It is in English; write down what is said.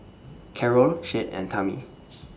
Carol Shade and Tami